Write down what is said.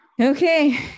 Okay